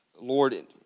Lord